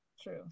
True